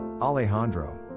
Alejandro